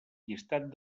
llistat